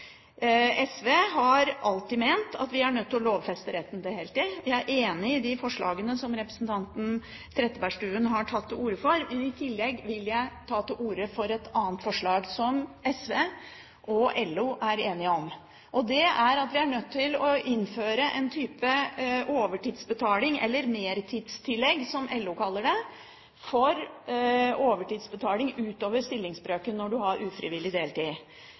SV har alltid ment at vi er nødt til å lovfeste retten til heltid. Jeg er enig i de forslagene som representanten Trettebergstuen har tatt til orde for, men i tillegg vil jeg ta til orde for et annet forslag, som SV og LO er enige om. Og det er at vi er nødt til å innføre en type overtidsbetaling – eller mertidstillegg, som LO kaller det – for overtid utover stillingsbrøken når man har ufrivillig deltid.